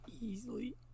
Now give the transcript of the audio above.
easily